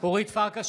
אורית פרקש